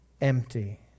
empty